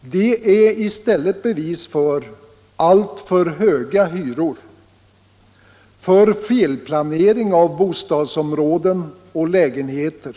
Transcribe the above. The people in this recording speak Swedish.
De är i stället bevis för alltför höga hyror, för felplanering av bostadsområden och lägenheter,